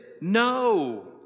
no